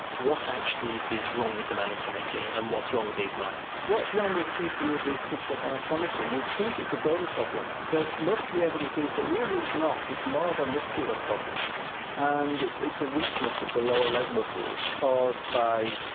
what actually is wrong with them anatomically and what's wrong with these mice? what's wrong with people with clubfoot anatomically, you'd think it's a bone problem but most the evidence is that really it's not. it's more a and muscular problem and it's it's a weakness of the lower leg muscles caused by,